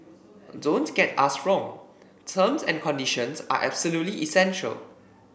don't get us wrong terms and conditions are absolutely essential